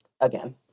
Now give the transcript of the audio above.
again